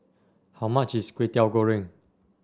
how much is Kwetiau Goreng